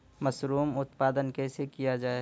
Mushroom उत्पादन कैसे किया जाय?